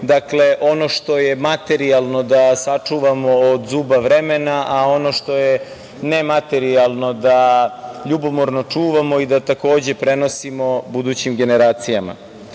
Dakle, ono što je materijalno da sačuvamo od zuba vremena, a ono što je nematerijalno da ljubomorno čuvamo i da to prenosimo budućim generacijama. Na